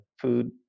food